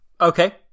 Okay